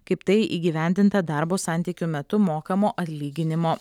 kaip tai įgyvendinta darbo santykių metu mokamo atlyginimo